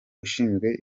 ushinzwe